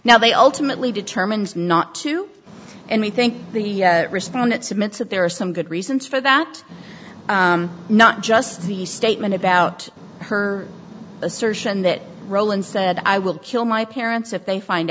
now they ultimately determines not to and we think the respondents admits that there are some good reasons for that not just the statement about her assertion that roland said i will kill my parents if they find